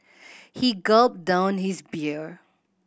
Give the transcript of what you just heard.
he gulped down his beer